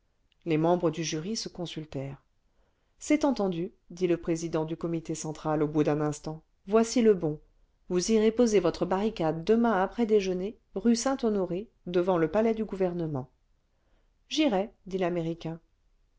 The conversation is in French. les membres du jury se consultèrent c'est entendu dit le président du comité central au bout d'un instant voici le bon vous irez poser votre barricade demain après déjeuner rue saint-honoré devant le palais du gouvernement j'irai dit l'américain